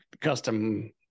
custom